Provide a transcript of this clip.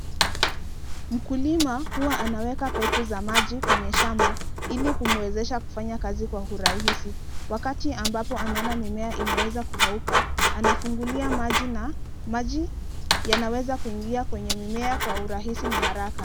Mkulima huwa anaweka pipu za maji kwenye shamba ili kumwezesha kufanya kazi kwa urahisi ,wakati ambapo anaona mimea imeweza kukauka anafungulia maji na maji yanaweza kuingia kwenye mimea kwa urahisi na haraka.